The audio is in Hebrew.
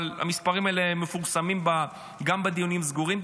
המספרים האלה מפורסמים בעיקר בדיונים הסגורים,